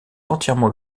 entièrement